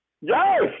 Yes